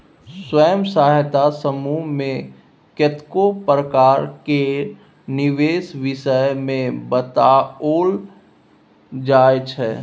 स्वयं सहायता समूह मे कतेको प्रकार केर निबेश विषय मे बताओल जाइ छै